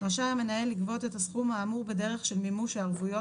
רשאי המנהל לגבות את הסכום האמור בדרך של מימוש הערבויות